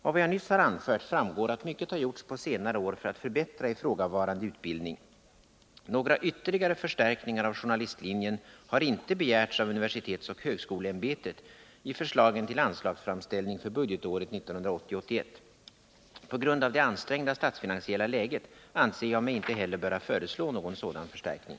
Av vad jag nyss har anfört framgår att mycket har gjorts på senare år för att förbättra ifrågavarande utbildning. Några ytterligare förstärkningar av journalistlinjen har inte begärts av universitetsoch högskoleämbetet i förslagen till anslagsframställning för budgetåret 1980/81. På grund av det ansträngda statsfinansiella läget anser jag mig inte heller böra föreslå någon sådan förstärkning.